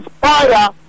fire